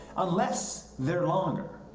unless they're longer.